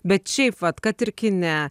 bet šiaip vat kad ir kine